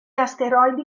asteroidi